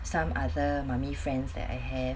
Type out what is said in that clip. some other mummy friends that I have